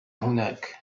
هناك